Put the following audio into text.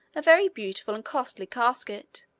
a very beautiful and costly casket,